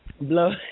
blow